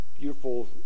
beautiful